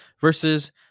versus